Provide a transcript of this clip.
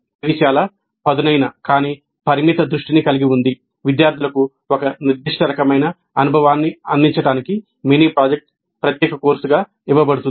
ఇది చాలా పదునైన కానీ పరిమిత దృష్టిని కలిగి ఉంది విద్యార్థులకు ఒక నిర్దిష్ట రకమైన అనుభవాన్ని అందించడానికి మినీ ప్రాజెక్ట్ ప్రత్యేక కోర్సుగా ఇవ్వబడుతుంది